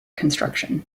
construction